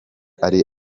ari